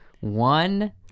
one